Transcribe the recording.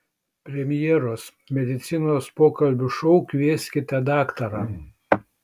premjeros medicinos pokalbių šou kvieskite daktarą